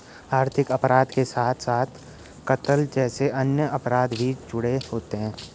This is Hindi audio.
आर्थिक अपराध के साथ साथ कत्ल जैसे अन्य अपराध भी जुड़े होते हैं